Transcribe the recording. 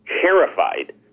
terrified